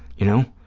you know?